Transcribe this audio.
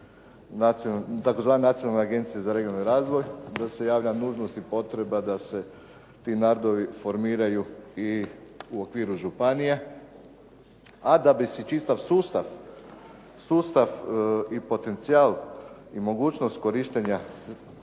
tzv. Nacionalne agencije za regionalni razvoj, da se javlja nužnost i potreba da se ti …/Govornik se ne razumije./… formiraju i u okviru županija, a da bi se čisto sustav i potencijal i mogućnost korištenja